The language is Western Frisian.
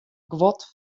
guod